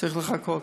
צריך לחכות.